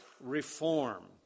reform